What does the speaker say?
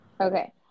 Okay